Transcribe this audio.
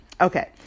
Okay